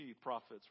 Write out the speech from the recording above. prophets